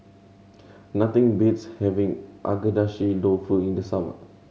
nothing beats having Agedashi Dofu in the summer